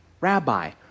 rabbi